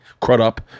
Crudup